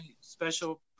Special